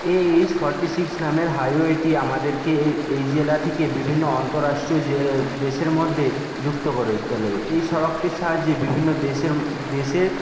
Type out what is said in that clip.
AH forty six নামের হাইওয়েটি আমাদেরকে এই জেলা থেকে বিভিন্ন অন্তরাষ্ট্রীয় যে দেশের মধ্যে যুক্ত করে তোলে এই সড়কটির সাহায্যে বিভিন্ন দেশের দেশের